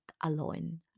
alone